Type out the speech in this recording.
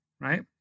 right